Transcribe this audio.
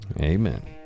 Amen